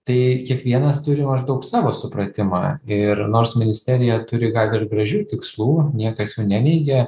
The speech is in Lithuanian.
tai kiekvienas turi maždaug savo supratimą ir nors ministerija turi gal ir gražių tikslų niekas jų neneigia